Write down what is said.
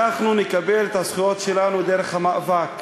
אנחנו נקבל את הזכויות שלנו דרך מאבק,